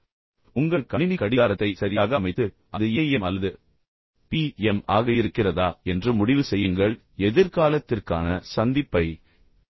எனவே உங்கள் கணினி கடிகாரத்தை சரியாக அமைத்து அது AM அல்லது PM ஆக இருக்கிறதா என்று முடிவு செய்யுங்கள் சில நேரங்களில் அது PM ஆக இருக்க வேண்டிய AM ஐக் காட்டுகிறது